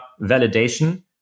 validation